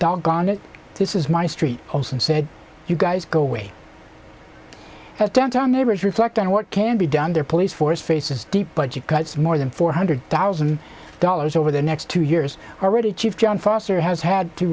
doggone it this is my street house and said you guys go way down town neighbors reflect on what can be done there police force faces deep budget cuts more than four hundred thousand dollars over the next two years already chief john foster has had to